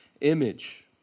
image